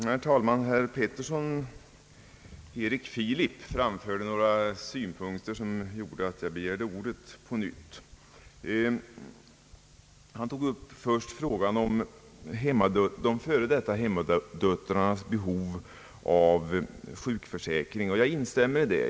Herr talman! Herr Erik Filip Petersson framförde några synpunkter som föranledde mig att på nytt begära ordet. Han tog först upp frågan om de före detta hemmadöttrarnas behov av sjukförsäkring, och jag instämmer i vad han sade.